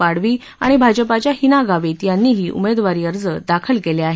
पाडवी आणि भाजपाच्या हीना गावित यांनीही उमेदवारी अर्ज दाखल केले आहेत